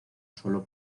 sólo